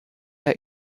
der